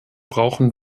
brauchen